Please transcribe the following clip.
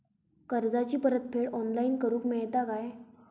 कर्जाची परत फेड ऑनलाइन करूक मेलता काय?